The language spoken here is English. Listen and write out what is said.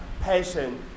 passion